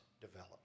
develop